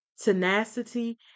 tenacity